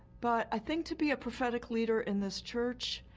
but i think to be a prophetic leader in this church,